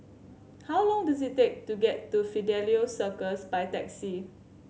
how long does it take to get to Fidelio Circus by taxi